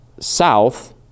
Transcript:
south